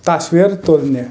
تصویر تُلنہِ